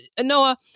Noah